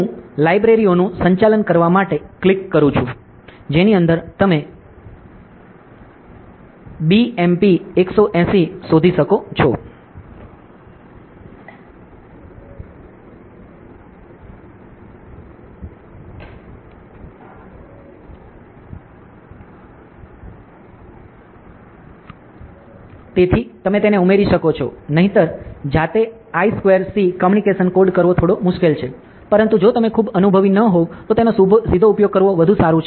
હું લાઇબ્રેરીઓનું સંચાલન કરવા માટે ક્લિક કરું છું જેની અંદર તમે BMP 180 શોધી શકો છો તેથી તમે તેને ઉમેરી શકો છો નહિંતર જાતે I2C કોમ્યુનિકેશન કોડ કરવો થોડો મુશ્કેલ છે પરંતુ જો તમે ખૂબ અનુભવી ન હોવ તો તેનો સીધો ઉપયોગ કરવો વધુ સારું છે